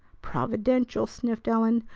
providential! sniffed ellen.